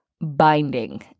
binding